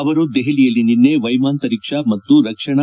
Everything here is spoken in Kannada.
ಅವರು ದೆಹಲಿಯಲ್ಲಿ ನಿನ್ನೆ ವೈಮಾಂತರಿಕ್ಷ ಮತ್ತು ರಕ್ಷಣಾ